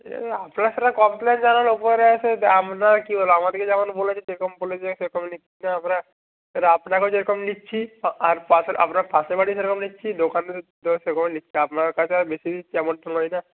সে আপনারা সেটা কমপ্লেন জানান ওপরে এসে যে আপনারা কী বলবেন আমাদেরকে যেমন বলেছে সেরকম বলেছে সেরকম নিচ্ছি না আমরা এবারে আপনাকেও যেরকম নিচ্ছি আর পাশের আপনার পাশের বাড়িও সেরকম নিচ্ছি দোকানদার সেরকম নিচ্ছি আপনার কাছে বেশি নিচ্ছি এমন তো নয় না